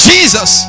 Jesus